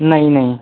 नहीं नहीं